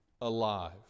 alive